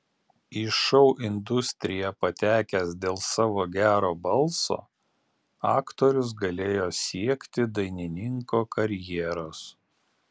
į šou industriją patekęs dėl savo gero balso aktorius galėjo siekti dainininko karjeros